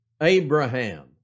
Abraham